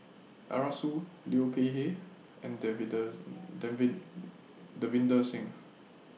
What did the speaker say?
Arasu Liu Peihe and Davinder's Davinder Singh